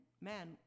man